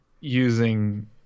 using